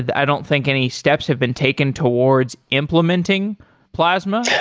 i don't think any steps have been taken towards implementing plasma.